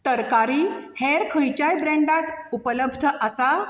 तरकारी हेर खंयच्याय ब्रँडांत उपलब्ध आसा